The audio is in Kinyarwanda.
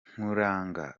nkuranga